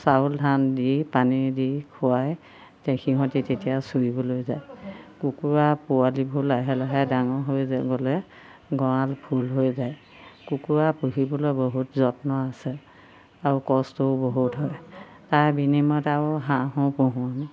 চাউল ধান দি পানী দি খুৱাই সিহঁতি তেতিয়া চৰিবলৈ যায় কুকুৰা পোৱালিবোৰ লাহে লাহে ডাঙৰ হৈ গ'লে গঁৰাল ফুল হৈ যায় কুকুৰা পুহিবলৈ বহুত যত্ন আছে আৰু কষ্টও বহুত হয় তাৰ বিনিময়ত আৰু হাঁহো পোহোঁ আমি